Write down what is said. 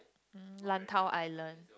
um Lantau-Island